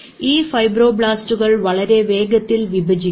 ഈ ഫൈബ്രോബ്ലാസ്റ്റുകൾ വളരെ വേഗത്തിൽ വിഭജിക്കും